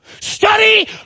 Study